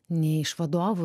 nei iš vadovų